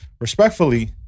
respectfully